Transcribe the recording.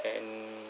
and